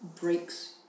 breaks